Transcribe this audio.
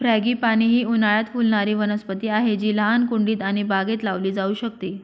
frangipani ही उन्हाळयात फुलणारी वनस्पती आहे जी लहान कुंडीत आणि बागेत लावली जाऊ शकते